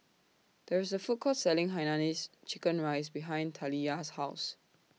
There IS A Food Court Selling Hainanese Chicken Rice behind Taliyah's House